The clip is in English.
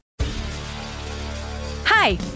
Hi